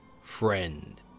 friend